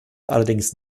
allerdings